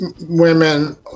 women